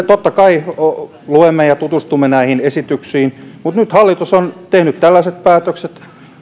totta kai luemme ja tutustumme näihin esityksiin mutta nyt hallitus on tehnyt tällaiset päätökset